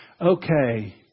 Okay